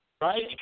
right